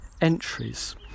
entries